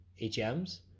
HMs